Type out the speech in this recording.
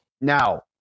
Now